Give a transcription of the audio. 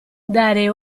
dare